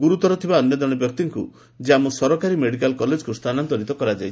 ଗୁରୁତର ଥିବା ଅନ୍ୟ ଜଣେ ବ୍ୟକ୍ତିଙ୍କୁ ଜାମ୍ମୁ ସରକାରୀ ମେଡିକାଲ୍ କଲେଜ୍କୁ ସ୍ଥାନାନ୍ତରିତ କରାଯାଇଛି